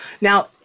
now